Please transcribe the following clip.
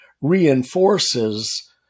reinforces